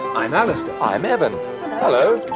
i'm alistair, i'm evan hello!